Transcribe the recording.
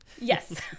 yes